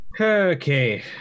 okay